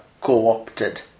co-opted